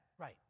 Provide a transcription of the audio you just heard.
Right